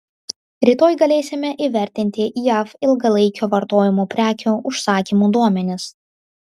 rytoj galėsime įvertinti jav ilgalaikio vartojimo prekių užsakymų duomenis